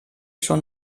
schon